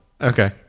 Okay